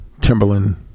Timberland